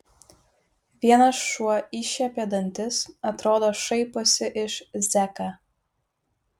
vienas šuo iššiepė dantis atrodo šaiposi iš zeką